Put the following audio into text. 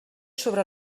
sobre